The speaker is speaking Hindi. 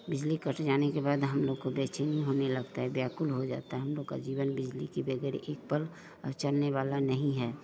बिजली कट जाने के बाद हम लोग को बेचैनी होने लगता है व्याकुल हो जाता है हम लोग का जीवन बिजली के वगैर एक पल चलने वाला नहीं है